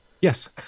yes